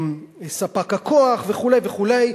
ספק הכוח וכו' וכו'.